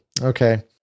okay